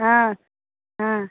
ஆ ஆ